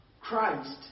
Christ